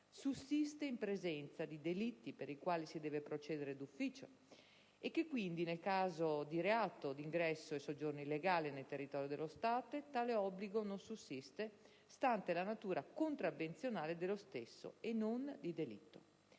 sussiste in presenza di delitti per i quali si deve procedere d'ufficio e che quindi, nel caso di reato d'ingresso e soggiorno illegale nel territorio dello Stato, tale obbligo non sussiste, stante la natura contravvenzionale e non di delitto